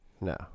no